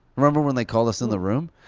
remember when they called us in the room?